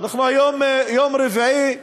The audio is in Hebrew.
אנחנו היום ביום רביעי,